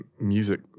music